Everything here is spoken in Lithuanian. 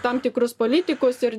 tam tikrus politikus ir